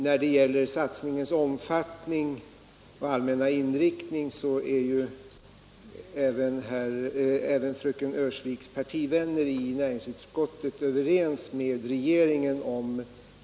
Beträffande satsningens omfattning och allmänna inriktning är även fröken Öhrsviks partivänner i näringsutskottet överens med regeringen.